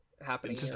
happening